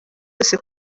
yose